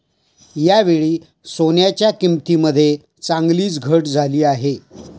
यावेळी सोन्याच्या किंमतीमध्ये चांगलीच घट झाली आहे